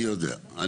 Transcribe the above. אני יודע.